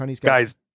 Guys